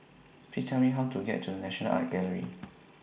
Please Tell Me How to get to The National Art Gallery